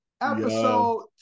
Episode